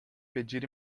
pedir